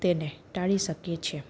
તેને ટાળી શકીએ છીએ